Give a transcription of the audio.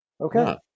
Okay